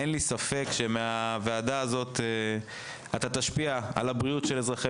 ואין לי ספק שמהוועדה הזו אתה תשפיע על בריאות אזרחי